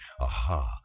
Aha